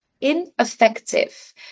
ineffective